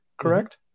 correct